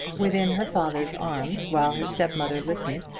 within her father's arms, while her stepmother listened,